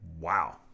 Wow